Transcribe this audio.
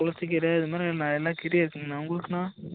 துளசிக்கீரை இது மாதிரி எல்லா கீரையும் இருக்குதுங்கண்ணா உங்களுக்குண்ணா